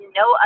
no